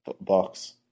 box